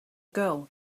girl